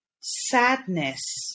sadness